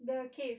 the cave